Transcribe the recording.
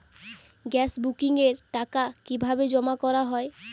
Gas বুকিংয়ের টাকা কিভাবে জমা করা হয়?